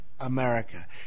America